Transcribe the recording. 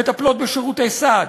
מטפלות בשירותי סעד,